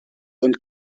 und